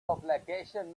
obligation